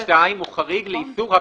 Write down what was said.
3(ב)(2) הוא החריג לאיסור הפרסומת.